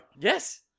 Yes